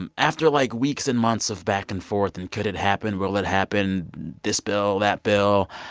and after, like, weeks and months of back and forth, and could it happen? will it happen? this bill, that bill.